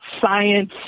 science